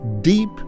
deep